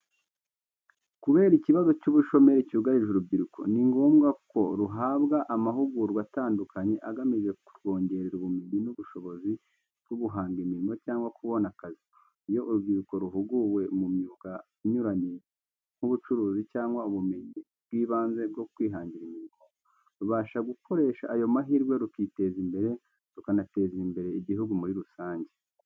Kubera ikibazo cy'ubushomeri cyugarije urubyiruko, ni ngombwa ko ruhabwa amahugurwa atandukanye agamije kurwongerera ubumenyi n'ubushobozi bwo guhanga imirimo cyangwa kubona akazi. Iyo urubyiruko ruhuguwe mu myuga inyuranye, nk'ubucuruzi cyangwa ubumenyi bw'ibanze bwo kwihangira imirimo, rubasha gukoresha ayo mahirwe rukiteza imbere rukanateza imbere igihugu muri rusange.